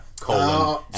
colon